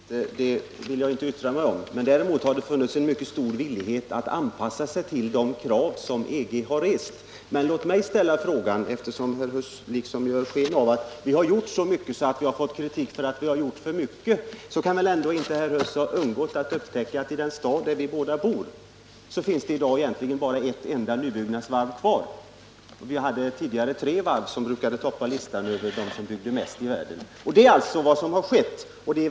Herr talman! Om regeringen är ondskefull eller inte vill jag inte yttra mig om. Däremot har det funnits en mycket stark vilja att anpassa sig till de krav som EG har rest. Låt mig, eftersom herr Huss ger sken av att regeringen har gjort så mycket att den har fått kritik för att ha gjort för mycket, ställa frågan: Har herr Huss undgått att upptäcka att det i den stad där vi båda bor i dag bara finns kvar ett enda nybyggnadsvarv? Vi hade tidigare tre varv som brukade toppa listan över dem som byggde mest i världen. Detta är alltså vad som har skett.